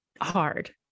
hard